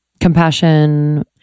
Compassion